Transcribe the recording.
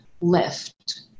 left